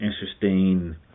interesting